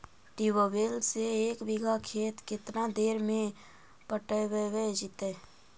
Tubewell से एक बिघा खेत केतना देर में पटैबए जितै?